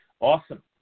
awesome